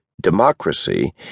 democracy